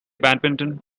badminton